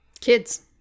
kids